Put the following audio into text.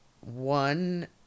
one